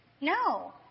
No